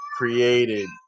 Created